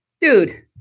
Dude